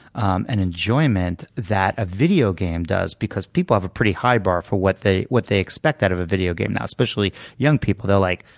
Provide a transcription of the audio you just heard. and enjoyment that a video game does because people have a pretty high bar for what they what they expect out of a video game now, especially young people they're like,